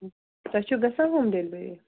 تۄہہِ چھُو گژھان ہوم ڈِلؤری